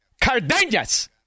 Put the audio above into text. Cardenas